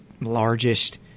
largest